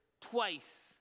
twice